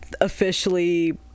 officially